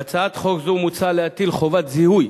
בהצעת חוק זו מוצע להטיל חובת זיהוי,